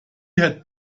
had